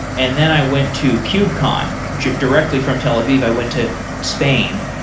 and then i went to kubecon. directly from tel aviv, i went to spain.